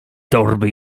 torby